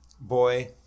boy